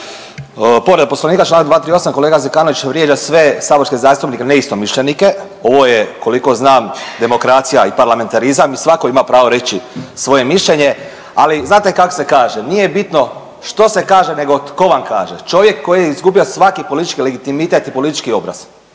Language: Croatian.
kaže nije bitno što se kaže nego tko vam kaže. Čovjek koji je izgubio svaki politički legitimitet i politički obraz.